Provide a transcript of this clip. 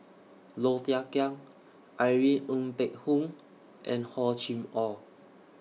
Low Thia Khiang Irene Ng Phek Hoong and Hor Chim Or